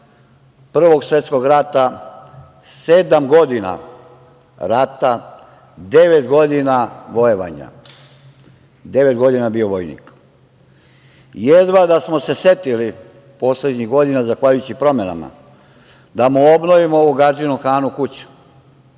Prvog svetskog rata, sedam godina rata, devet godina vojevanja, devet godina bio vojnik. Jedva da smo se setili poslednjih godina, zahvaljujući promenama, da mu obnovimo u Gadžinom Hanu kuću